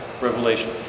revelation